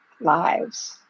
lives